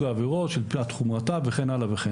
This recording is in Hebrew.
העבירות מפאת חומרתה וכן הלאה וכן הלאה.